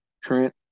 Trent